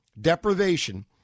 deprivation